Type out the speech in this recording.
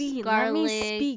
garlic